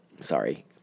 Sorry